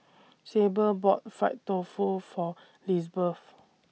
Sable bought Fried Tofu For Lizbeth